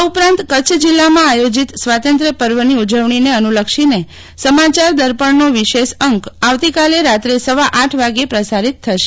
આ ઉપરાંત કચ્છ જીલ્લામાં આયોજિત સ્વાતંત્ર્ય પર્વની ઉજવણીને અનુલક્ષીને સમાચાર દર્પણનો વિશેષ અંક આવતીકાલે રાત્રે સવા આઠ કલાકે પ્રસરિત થશે